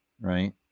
right